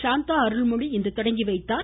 சாந்தா அருள்மொழி இன்று தொடங்கிவைத்தார்